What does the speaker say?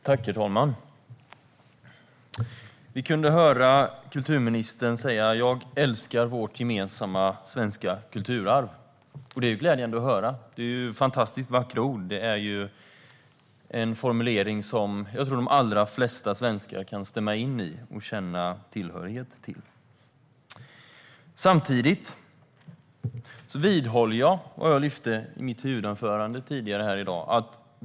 Herr talman! Vi kunde höra kulturministern säga: Jag älskar vårt gemensamma svenska kulturarv. Det är glädjande att höra. Det är fantastiskt vackra ord. Det är en formulering som jag tror de allra flesta svenskar kan stämma in i och känna tillhörighet till. Samtidigt vidhåller jag vad jag lyfte fram i mitt huvudanförande tidigare i dag.